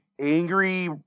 angry